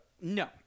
No